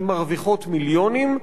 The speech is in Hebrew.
שמרוויחות מיליונים,